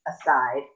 aside